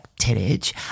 tittage